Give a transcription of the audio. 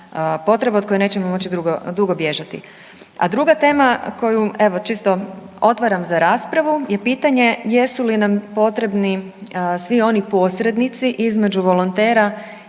potreba od koje nećemo moći dugo bježati. A druga tema koju evo čisto otvaram za raspravu je pitanje jesu li nam potrebni svi oni posrednici između volontera